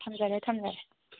ꯊꯝꯖꯔꯦ ꯊꯝꯖꯔꯦ